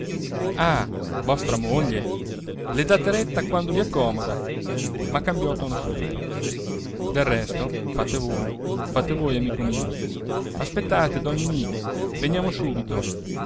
ah vostra moglie le date retta quando vi accomoda ma cambiò tono subito del resto fate voi fate voi amico mio aspettate don ninì veniamo subito